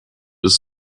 ist